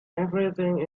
everything